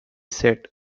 said